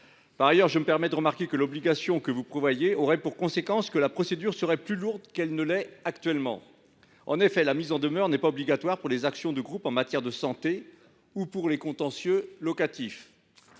Par ailleurs, l’obligation que vous prévoyez aurait pour conséquence que la procédure serait plus lourde qu’elle ne l’est actuellement. En effet, la mise en demeure n’est pas obligatoire pour les actions de groupe en matière de santé ou pour les contentieux locatifs